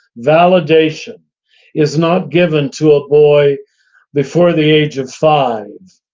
validation is not given to a boy before the age of five,